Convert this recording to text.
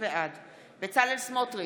בצלאל סמוטריץ'